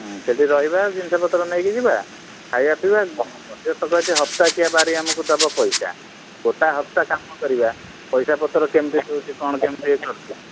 ହଁ ସେଠି ରହିବା ଜିନିଷପତ୍ର ନେଇକି ଯିବା ଖାଇବା ପିଇବା ସେ ହପ୍ତାକିଆ ବାରି ଦେବ ଆମକୁ ପଇସା ଗୋଟା ହପ୍ତା କାମ କରିବା ପଇସାପତ୍ର କେମିତି ଦେଉଛି କ'ଣ କେମିତି କରୁଛି